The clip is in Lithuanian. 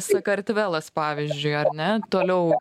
sakartvelas pavyzdžiui ar ne toliau